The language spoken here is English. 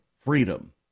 freedom